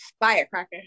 firecracker